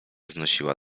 znosiła